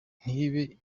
ntibe